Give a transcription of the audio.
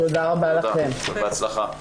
תודה רבה, ובהצלחה.